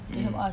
mm